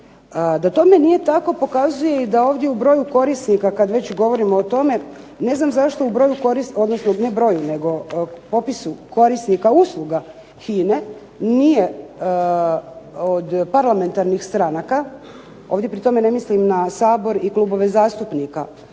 Da tome nije tako pokazuje i da ovdje u broju korisnika kad već govorimo o tome, ne znam zašto u broju korisnika, odnosno ne broj nego popisu korisnika usluga HINA-e nije od parlamentarnih stranaka, ovdje pri tome ne mislim na Sabor i klubove zastupnika